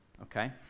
Okay